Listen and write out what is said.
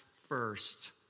first